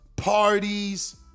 parties